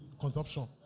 consumption